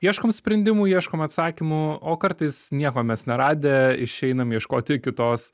ieškom sprendimų ieškom atsakymų o o kartais nieko mes neradę išeinam ieškoti kitos